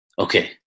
Okay